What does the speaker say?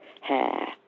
hair